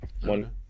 One